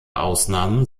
ausnahmen